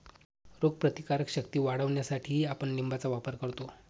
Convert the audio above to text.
रोगप्रतिकारक शक्ती वाढवण्यासाठीही आपण लिंबाचा वापर करतो